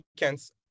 weekends